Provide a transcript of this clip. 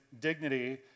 dignity